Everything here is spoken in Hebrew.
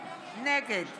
נגד